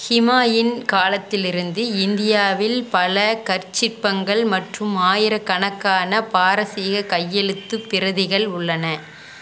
ஹிமாயின் காலத்திலிருந்து இந்தியாவில் பல கற்சிற்பங்கள் மற்றும் ஆயிரக்கணக்கான பாரசீக கையெழுத்துப் பிரதிகள் உள்ளன